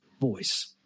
voice